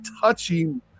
touching